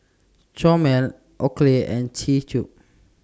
Chomel Oakley and C Cube